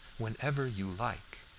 whenever you like.